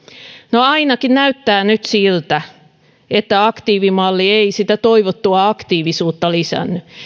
no ainakin näyttää nyt siltä että aktiivimalli ei sitä toivottua aktiivisuutta lisännyt